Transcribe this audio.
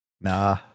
nah